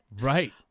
Right